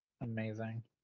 Amazing